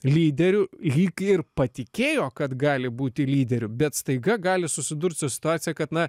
lyderiu lyg ir patikėjo kad gali būti lyderiu bet staiga gali susidurt su situacija kad na